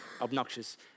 obnoxious